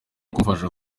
kumufasha